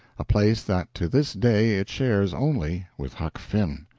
a place that to this day it shares only with huck finn.